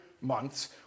months